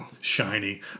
shiny